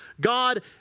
God